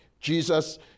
Jesus